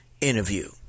interview